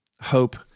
hope